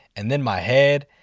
and then my head.